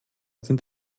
sind